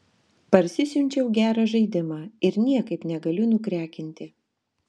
parsisiunčiau gerą žaidimą ir niekaip negaliu nukrekinti